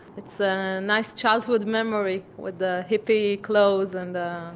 it's a nice childhood memory, with the hippie clothes, and the,